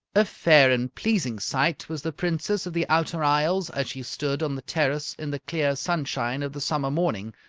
a fair and pleasing sight was the princess of the outer isles as she stood on the terrace in the clear sunshine of the summer morning,